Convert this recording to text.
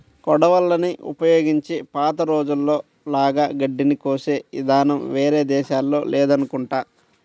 కొడవళ్ళని ఉపయోగించి పాత రోజుల్లో లాగా గడ్డిని కోసే ఇదానం వేరే దేశాల్లో లేదనుకుంటా